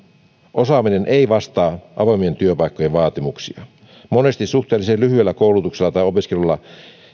osaaminen ei vastaa avoimien työpaikkojen vaatimuksia monesti suhteellisen lyhyellä koulutuksella tai opiskelulla